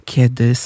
Kiedy